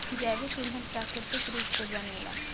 जैविक ईधन प्राकृतिक रूप से बनेला